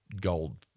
gold